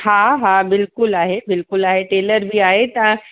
हा हा बिल्कुलु आहे बिल्कुलु आहे टेलर बि आए तव्हां